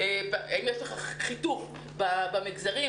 זה מתייחס גם למורים וגם להורים אם יש הורה בבית שהוא בקבוצת סיכון